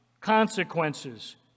consequences